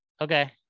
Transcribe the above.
Okay